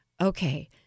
okay